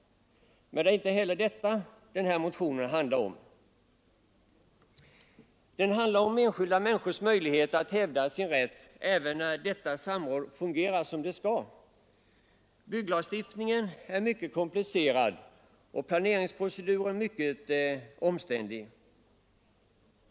Men det är inte heller detta den här motionen handlar om. Den handlar om enskilda människors möjlighet att hävda sin rätt även när detta samråd fungerar som det skall. Bygglagstiftningen är mycket komplicerad och planeringsproceduren mycket omständlig.